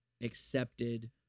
accepted